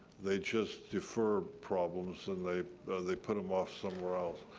they just defer problems and they they put them off somewhere else.